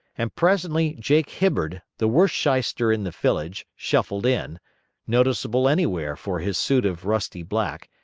and presently jake hibbard, the worst shyster in the village, shuffled in noticeable anywhere for his suit of rusty black,